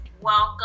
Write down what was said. Welcome